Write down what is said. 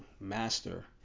master